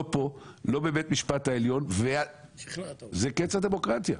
לא פה, לא בבית המשפט העליון, וזה קץ הדמוקרטיה.